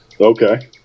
Okay